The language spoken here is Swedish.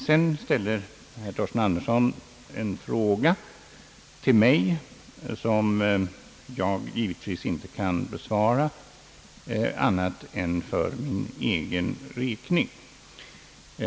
Sedan ställde herr Torsten Andersson en fråga till mig, som jag givetvis inte kan besvara annat än för egen räkning.